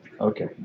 Okay